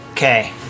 Okay